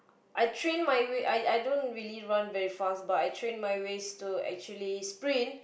I train my waist I I don't really run very fast but I train my waist to actually sprint